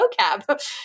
vocab